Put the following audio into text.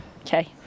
Okay